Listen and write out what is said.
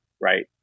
right